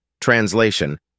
translation